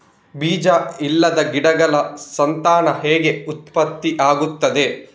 ಬೀಜ ಇಲ್ಲದ ಗಿಡಗಳ ಸಂತಾನ ಹೇಗೆ ಉತ್ಪತ್ತಿ ಆಗುತ್ತದೆ?